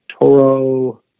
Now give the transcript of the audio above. Toro